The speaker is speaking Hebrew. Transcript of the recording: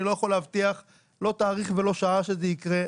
אני לא יכול להבטיח לא תאריך ולא שעה שזה יקרה,